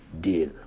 deal